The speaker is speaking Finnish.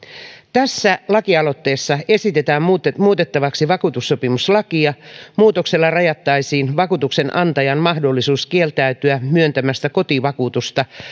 tässä lakialoitteessa esitetään muutettavaksi vakuutussopimuslakia muutoksella rajattaisiin vakuutuksenantajan mahdollisuus kieltäytyä myöntämästä kotivakuutusta